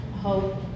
Hope